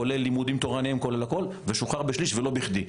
כולל לימודים תורניים וכולל הכול ושוחרר בשליש ולא בכדי.